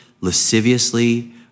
lasciviously